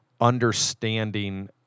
understanding